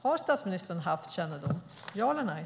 Har statsministern haft kännedom, ja eller nej?